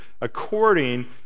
according